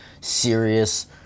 serious